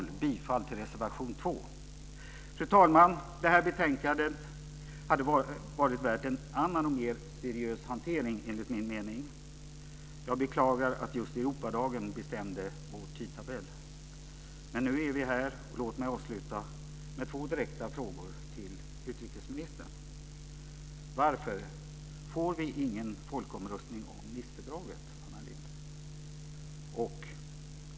Jag yrkar bifall till reservation 2. Fru talman! Det här betänkandet hade varit värt en annan och mer seriös hantering, enligt min mening. Jag beklagar att just Europadagen bestämde vår tidtabell. Men nu är vi här. Låt mig avsluta med två direkta frågor till utrikesministern. Varför får vi ingen folkomröstning om Nicefördraget, Anna Lindh?